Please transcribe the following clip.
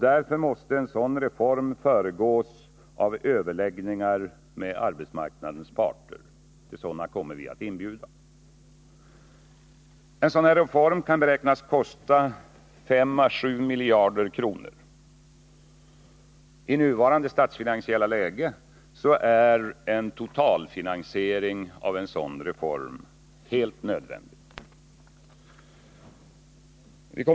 Därför måste en sådan reform föregås av överläggningar med arbetsmarknadens parter. Till sådana kommer vi att inbjuda. Reformen kan beräknas kosta 5-7 miljarder kronor. I nuvarande statsfinansiella läge är en totalfinansiering av reformen helt nödvändig.